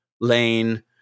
lane